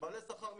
בעלי שכר מסוים.